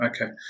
okay